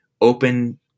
open